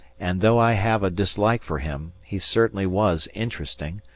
and, though i have a dislike for him, he certainly was interesting,